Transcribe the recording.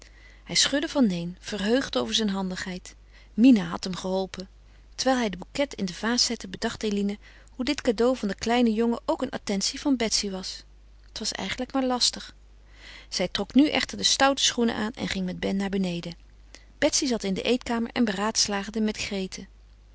hij schudde van neen verheugd over zijn handigheid mina had hem geholpen terwijl hij den bouquet in de vaas zette bedacht eline hoe dit cadeau van den kleinen jongen ook een attentie van betsy was het was eigenlijk maar lastig zij trok nu echter de stoute schoenen aan en ging met ben naar beneden betsy zat in de eetkamer en beraadslaagde met grete